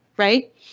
right